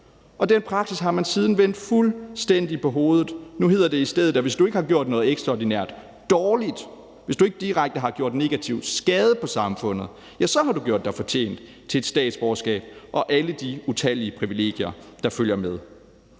Den praksis har man siden vendt fuldstændig på hovedet. Nu hedder det i stedet, at hvis du ikke har gjort noget ekstraordinært dårligt, hvis du ikke direkte har gjort negativ skade på samfundet, har du gjort dig fortjent til et statsborgerskab og alle de utallige privilegier, der følger med